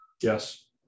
Yes